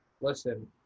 Listen